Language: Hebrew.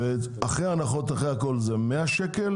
זה 100 שקלים